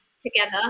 together